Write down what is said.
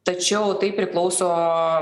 tačiau tai priklauso